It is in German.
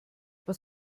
was